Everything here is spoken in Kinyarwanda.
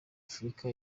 afurika